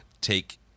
take